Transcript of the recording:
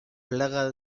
plaga